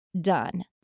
done